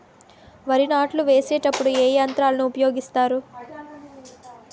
వరి నాట్లు వేసేటప్పుడు ఏ యంత్రాలను ఉపయోగిస్తారు?